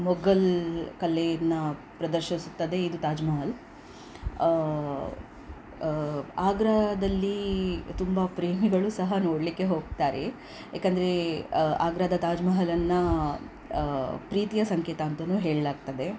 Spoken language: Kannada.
ಮೊಘಲ್ ಕಲೆಯನ್ನು ಪ್ರದರ್ಶಿಸುತ್ತದೆ ಇದು ತಾಜ್ ಮಹಲ್ ಆಗ್ರಾದಲ್ಲಿ ತುಂಬ ಪ್ರೇಮಿಗಳು ಸಹ ನೋಡಲಿಕ್ಕೆ ಹೋಗ್ತಾರೆ ಏಕಂದ್ರೆ ಆಗ್ರಾದ ತಾಜ್ ಮಹಲನ್ನು ಪ್ರೀತಿಯ ಸಂಕೇತ ಅಂತಲೂ ಹೇಳಲಾಗ್ತದೆ